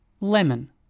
Lemon